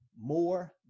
more